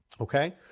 okay